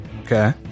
Okay